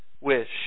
wish